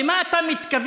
למה אתה מתכוון,